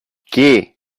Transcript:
qué